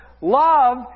love